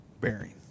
bearing